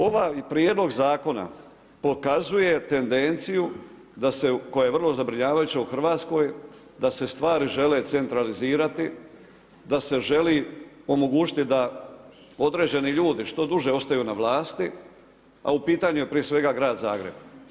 Ovaj prijedlog zakona pokazuje tendenciju da se, koja je vrlo zabrinjavajuća u Hrvatskoj da se stvari žele centralizirati, da se želi omogućiti da određeni ljudi što duže ostaju na vlasti a u pitanju je prije svega grad Zagreb.